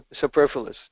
superfluous